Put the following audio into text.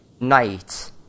night